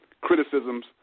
criticisms